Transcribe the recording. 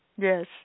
Yes